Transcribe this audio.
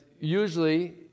usually